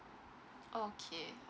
okay